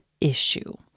issue